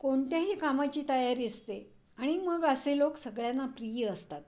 कोणत्याही कामाची तयारी असते आणि मग असे लोक सगळ्यांना प्रिय असतात